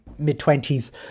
mid-twenties